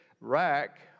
rack